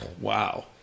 wow